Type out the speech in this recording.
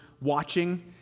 watching